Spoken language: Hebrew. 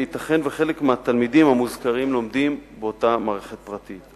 ייתכן שחלק מהתלמידים המוזכרים לומדים באותה מערכת פרטית.